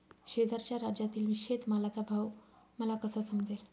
शेजारच्या राज्यातील शेतमालाचा भाव मला कसा समजेल?